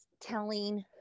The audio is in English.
telling